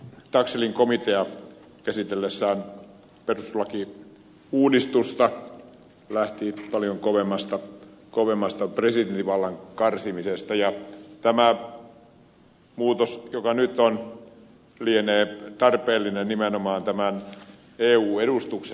taxellin komitea käsitellessään perustuslakiuudistusta lähti paljon kovemmasta presidentin vallan karsimisesta ja tämä muutos joka nyt on lienee tarpeellinen nimenomaan tämän eu edustuksen osalta